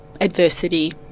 adversity